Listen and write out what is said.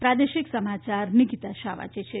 પ્રાદેશિક સમાયાર નીકિતા શાહ વાંચે છે